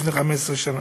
לפני 15 שנה.